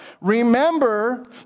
Remember